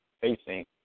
facing